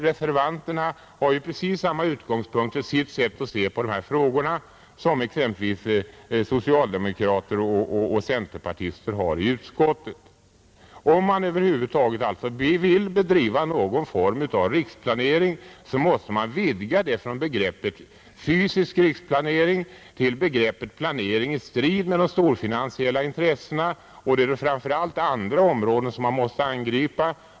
Reservanterna har precis samma utgångspunkt för sitt sätt att se på dessa frågor som t.ex. socialdemokrater och centerpartister har i utskottet. Om man över huvud taget vill bedriva någon form av riksplanering, måste man vidga den från begreppet fysisk riksplanering till begreppet planering i strid med de storfinansiella intressena. Det är framför allt andra områden som man måste angripa.